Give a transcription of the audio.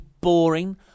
boring